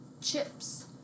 chips